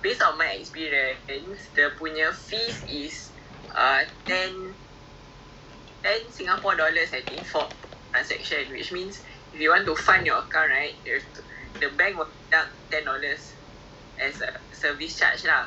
technically grow your money but with very low return lah so macam kalau you got some money to invest but you you are still looking for investment opportunity and you don't want to put the money in the bank let let's say you got two thousand dollars then you tak nak letak it in the bank lah